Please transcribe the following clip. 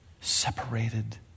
separated